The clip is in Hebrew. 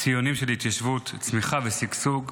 הציוניים של התיישבות, צמיחה ושגשוג,